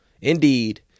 Indeed